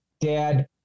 Dad